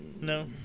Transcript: No